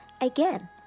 again